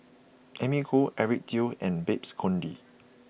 Amy Khor Eric Teo and Babes Conde